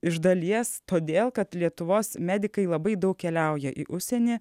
iš dalies todėl kad lietuvos medikai labai daug keliauja į užsienį